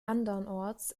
andernorts